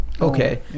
Okay